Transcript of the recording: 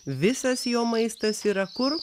visas jo maistas yra kur